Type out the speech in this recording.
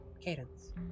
Cadence